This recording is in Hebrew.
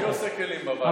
מי עושה כלים בבית?